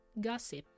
gossip